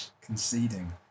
Conceding